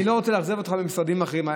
אני לא רוצה לאכזב אותך במשרדים אחרים.